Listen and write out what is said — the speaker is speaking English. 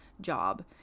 job